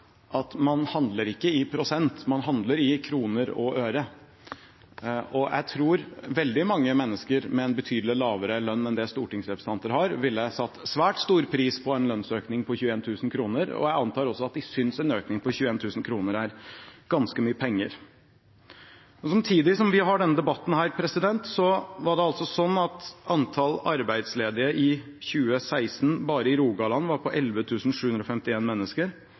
at man ikke handler i prosent, man handler i kroner og øre. Jeg tror veldig mange mennesker med en betydelig lavere lønn enn det stortingsrepresentanter har, ville satt svært stor pris på en lønnsøkning på 21 000 kr, og jeg antar også at de synes en økning på 21 000 kr er ganske mye penger. Samtidig som vi har denne debatten, var det sånn at antall arbeidsledige i 2016 bare i Rogaland var på 11 751 mennesker, i Hordaland på 9 483 mennesker og i Møre og Romsdal på 4 471 mennesker.